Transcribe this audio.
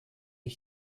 des